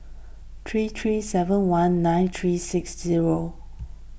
three three seven one nine three six zero